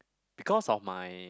because of my